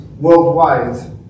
worldwide